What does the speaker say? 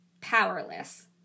powerless